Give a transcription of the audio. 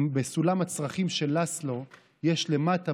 בסולם הצרכים של מאסלו יש למטה,